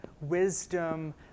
wisdom